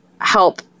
help